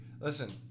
listen